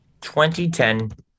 2010